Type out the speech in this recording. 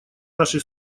наши